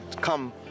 come